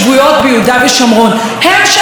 הן שייכות למדינת ישראל.